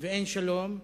ואין שלום,